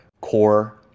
Core